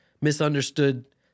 misunderstood